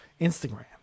Instagram